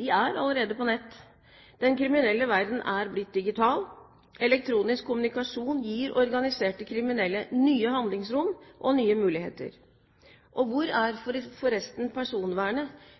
allerede er på nett. Den kriminelle verden er blitt digital. Elektronisk kommunikasjon gir organiserte kriminelle nye handlingsrom og nye muligheter. Og hvor er forresten personvernet